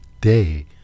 day